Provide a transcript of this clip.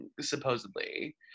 supposedly